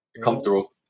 comfortable